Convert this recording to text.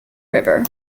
river